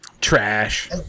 Trash